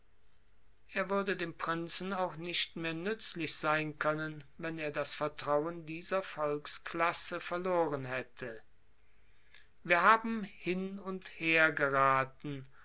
er würde dem prinzen auch nicht mehr nützlich sein können wenn er das vertrauen dieser volksklasse verloren hätte wir haben hin und her geraten